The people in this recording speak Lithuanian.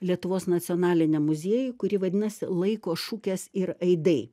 lietuvos nacionaliniam muziejuj kuri vadinasi laiko šukės ir aidai